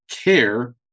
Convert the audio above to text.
care